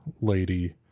lady